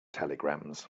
telegrams